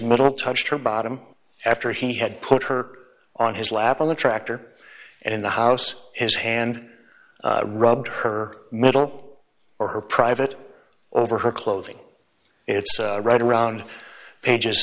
middle touched her bottom after he had put her on his lap in the tractor and in the house his hand rubbed her middle or her private over her clothing it's right around ages